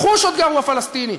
בחושות גרו שם הפלסטינים.